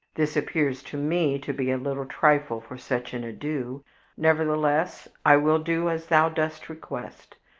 this appears to me to be a little trifle for such an ado nevertheless, i will do as thou dost request.